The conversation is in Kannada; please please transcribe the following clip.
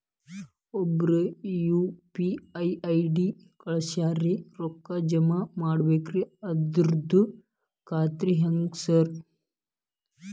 ಒಬ್ರು ಯು.ಪಿ.ಐ ಐ.ಡಿ ಕಳ್ಸ್ಯಾರ ರೊಕ್ಕಾ ಜಮಾ ಮಾಡ್ಬೇಕ್ರಿ ಅದ್ರದು ಖಾತ್ರಿ ಹೆಂಗ್ರಿ ಸಾರ್?